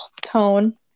tone